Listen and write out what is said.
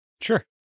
Sure